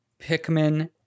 pikmin